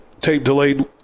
Tape-delayed